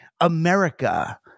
America